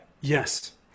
Yes